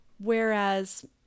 whereas